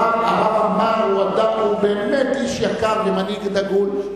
הרב עמאר הוא באמת איש יקר ומנהיג דגול.